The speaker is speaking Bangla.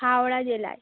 হাওড়া জেলায়